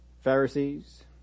Pharisees